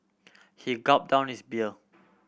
he gulp down his beer